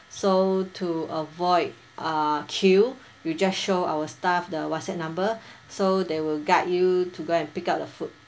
so to avoid uh queue you just show our staff the what's app number so they will guide you to go and pick up the food